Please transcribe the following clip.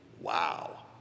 wow